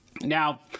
Now